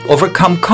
Overcome